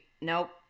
Nope